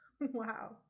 Wow